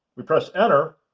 we press enter